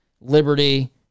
liberty